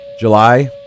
July